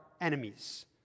enemies